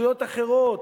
זכויות אחרות,